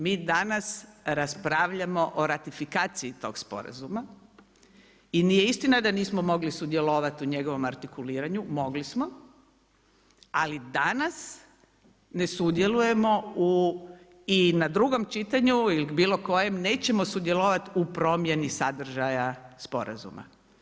Mi danas raspravljamo o ratifikaciji tog sporazuma i nije istina da nismo mogli sudjelovati u njegovom artikuliranju, mogli smo, ali danas ne sudjelujemo i na drugom čitanju ili bilo kojem nećemo sudjelovati u promjeni sadržaja sporazuma.